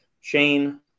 Shane